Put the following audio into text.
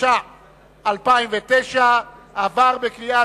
התש"ע 2009, נתקבל.